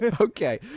Okay